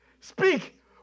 Speak